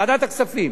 ועדת הכספים